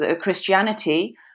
christianity